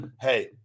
Hey